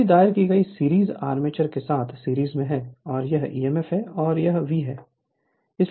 यहां दायर की गई सीरीज आर्मेचर के साथ सीरीज में है और यह ईएमएफ है और यह V है